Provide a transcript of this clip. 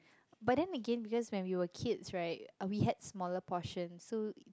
but then again because when we were kids right uh we had smaller portion so